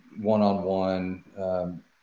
one-on-one